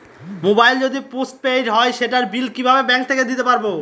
Mobile যদি postpaid হয় সেটার বিল কিভাবে ব্যাংক থেকে দিতে পারব?